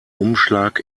umschlag